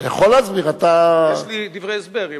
אתה יכול להסביר, אתה, יש לי דברי הסבר.